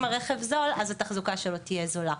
הרכב הוא זול אז גם התחזוקה שלו תהיה זולה,